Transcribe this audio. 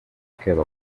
quedo